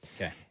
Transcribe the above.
Okay